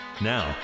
Now